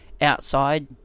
outside